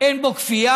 אין בו כפייה,